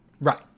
Right